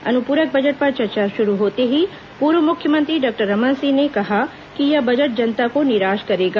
अनुप्रक बजट पर चर्चा शुरू होते ही पूर्व मुख्यमंत्री डॉक्टर रमन सिंह ने कहा कि यह बजट जनता को निराश करेगा